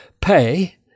pay